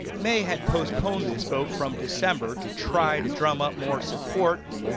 may had postponed this vote from december to try to drum up more support,